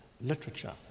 literature